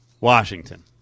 washington